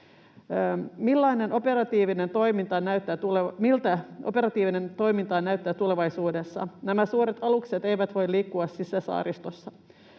Miltä operatiivinen toiminta näyttää tulevaisuudessa? Nämä suuret alukset eivät voi liikkua sisäsaaristossa.